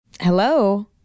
hello